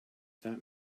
that